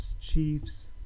Chiefs